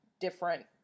different